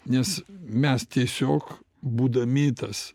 nes mes tiesiog būdami tas